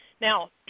Now